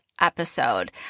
episode